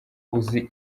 uzi